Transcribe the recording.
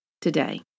today